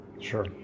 Sure